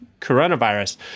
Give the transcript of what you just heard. coronavirus